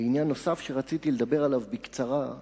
לעניין נוסף שרציתי לדבר עליו בקצרה: